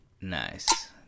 Nice